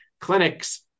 clinics